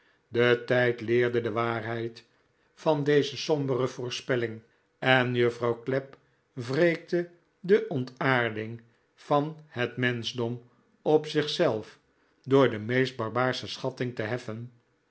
de tijd leerde de waarheid van deze sombere voorspelling en juffrouw clapp wreekte de ontaarding van het menschdom op zichzelf door de meest barbaarsche schatting te heffen